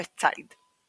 ווסט סייד.